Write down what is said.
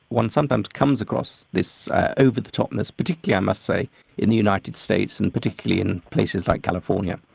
one sometimes comes across this over-the-topness, particularly i must say in the united states and particularly in places like california.